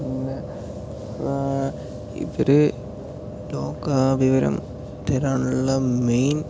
പിന്നെ ഇപ്പം ഒരു ലോകവിവരം തിരയാനുള്ള മെയിൻ